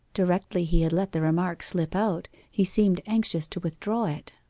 directly he had let the remark slip out, he seemed anxious to withdraw it